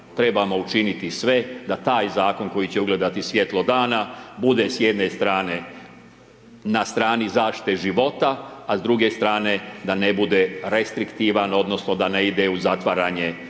trebamo učiniti sve da taj zakon koji će ugledati svijetlo dana bude s jedne strane na strani zaštite života, a s druge strane da ne bude restriktivan, odnosno da ide u zatvaranje sloboda.